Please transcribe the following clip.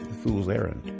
fools errand.